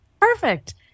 Perfect